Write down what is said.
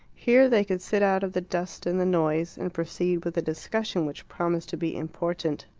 here they could sit out of the dust and the noise, and proceed with a discussion which promised to be important.